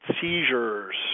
seizures